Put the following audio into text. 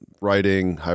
writing